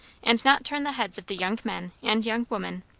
and not turn the heads of the young men, and young women,